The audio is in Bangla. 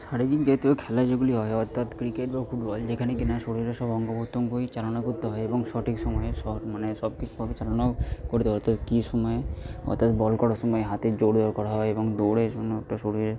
শারীরিক জাতীয় খেলা যেগুলি হয় অর্থাৎ ক্রিকেট বা ফুটবল যেখানে কি না শরীরের সব অঙ্গ প্রতঙ্গই চালনা করতে হয় এবং সঠিক সময়ে মানে সব কিছু পরিচালনাও করে দেয় অর্থাৎ কিছু সমায় অর্থাৎ বল করার সমায় হাতের জোর বের করা হয় এবং দৌড়ের জন্য একটা শরীরে